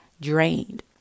drained